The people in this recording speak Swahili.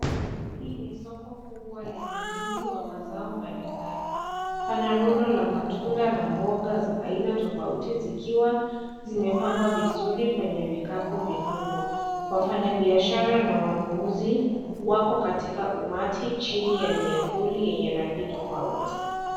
Hii ni soko kubwa lenye wingi wa mazao mbalimbali, pana rundo la matunda na mboga za aina tofauti zikiwa zimepangwa vizuri kwenye vikapu vikubwa, wafanyabiashara na wanunuzi wako katika umati chini ya miavuli yenye rangi tofauti.